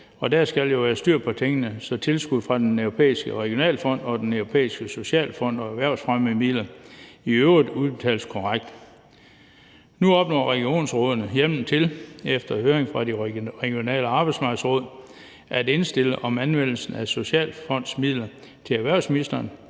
der skal jo være styr på tingene, så tilskud fra Den Europæiske Regionalfond og Den Europæiske Socialfond og erhvervsfremmemidler i øvrigt udbetales korrekt. Nu opnår regionsrådene hjemmel til efter høring af de Regionale Arbejdsmarkedsråd at afgive indstilling til erhvervsministeren